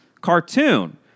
cartoon